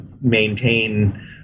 maintain